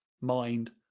mind